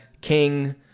King